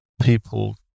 people